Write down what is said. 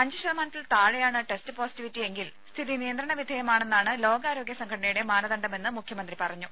അഞ്ച് ശതമാനത്തിൽ താഴെയാണ് ടെസ്റ്റ് പോസിറ്റീവിറ്റിയെങ്കിൽ സ്ഥിതി നിയന്ത്രണ വിധേയമാണെന്നാണ് ലോകാരോഗ്യ സംഘടനയുടെ മാനദണ്ഡമെന്ന് മുഖ്യമന്ത്രി പറഞ്ഞു